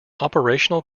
operational